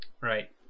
Right